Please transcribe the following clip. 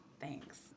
thanks